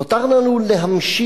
נותר לנו להמשיך